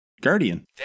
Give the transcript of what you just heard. guardian